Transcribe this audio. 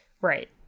Right